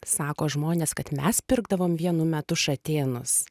sako žmonės kad mes pirkdavom vienu metu šatėnus